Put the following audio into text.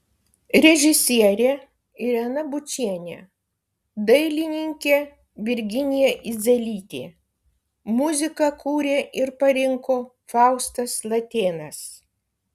režisierė irena bučienė dailininkė virginija idzelytė muziką kūrė ir parinko faustas latėnas